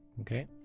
okay